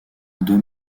deux